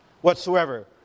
whatsoever